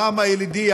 העם הילידי,